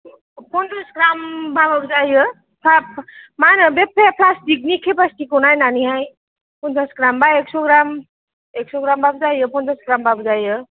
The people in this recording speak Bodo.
पनसासग्राम बाबाबो जायो हाब मा होनो बे पे प्लासटिकनि केपासिथिखौ नायनानैहाय पनसासग्राम बा एकसग्राम एकसग्रामबाबो जायो पनसासग्रामबाबो जायो